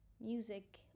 music